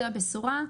זו הבשורה.